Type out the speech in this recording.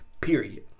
period